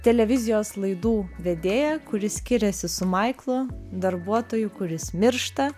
televizijos laidų vedėja kuri skiriasi su maiklu darbuotoju kuris miršta